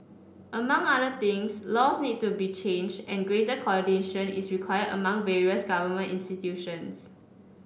among other things laws need to be changed and greater coordination is required among various government institutions